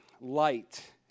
light